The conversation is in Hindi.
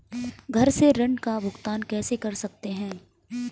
घर से ऋण का भुगतान कैसे कर सकते हैं?